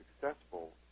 successful